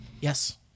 Yes